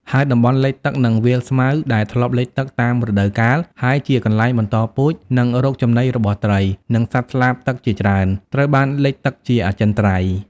ហើយ តំបន់លិចទឹក និងវាលស្មៅ ដែលធ្លាប់លិចទឹកតាមរដូវកាល ហើយជាកន្លែងបន្តពូជ និងរកចំណីរបស់ត្រី និងសត្វស្លាបទឹកជាច្រើន ត្រូវបានលិចទឹកជាអចិន្ត្រៃយ៍។